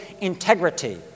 integrity